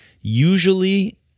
Usually